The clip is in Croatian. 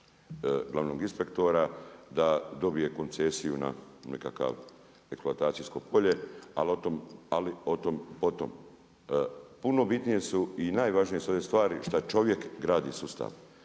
glavnog inspektora da dobije koncesiju na nekakav eksploatacijsko polje, ali o tom po tom. Puno bitnije su i najvažnije su one stvari što čovjek gradi sustav.